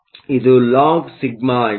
ಇದು ಲಾಗ್σ ಆಗಿದೆ